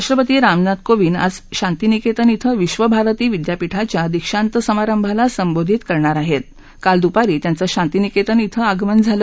राष्ट्रपती राम नाथ कोविंद आज शांतीनिर्कत्तन बें विद्व भारती विद्यापीठाच्या दीशांत समारंभाला संबोधित करणार आहस्त काल दुपारी त्यांचशिती निर्कतन क्षे आगमन झालं